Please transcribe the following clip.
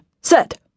set